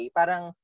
parang